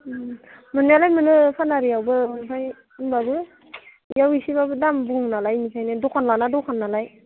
मोननायालाय मोनो पानेरियावबो ओमफ्राय होनबाबो बेयाव इसेबाबो दाम बुङो नालाय बेनिखायनो दखान लाना दखान नालाय